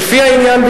"לפי העניין,